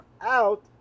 out